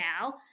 now